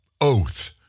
oath